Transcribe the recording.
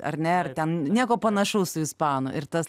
ar ne ar ten nieko panašaus su ispanų ir tas